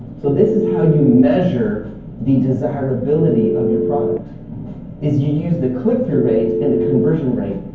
so, this is how you measure the desirability of your product is you use the click-through rate and the conversion rate.